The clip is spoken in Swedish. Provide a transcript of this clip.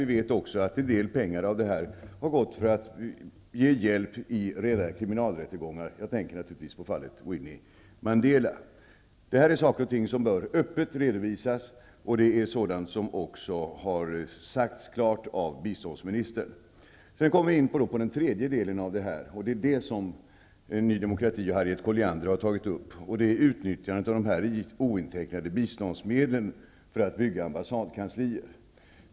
Vi vet också att en del pengar har gått till att ge hjälp i rena kriminalrättegångar. Jag tänker naturligtvis på fallet Winnie Mandela. Det här rör saker som öppet bör redovisas, och det har också sagts klart ut av biståndsministern. Sedan kommer vi till den tredje delfrågan. Det är den frågan som Ny demokrati och Harriet Colliander har tagit upp. Frågan rör utnyttjandet av ointecknade biståndsmedel för att bygga ambassadkanslier.